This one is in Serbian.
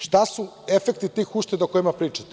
Šta su efekti tih ušteda o kojima pričate?